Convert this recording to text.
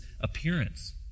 appearance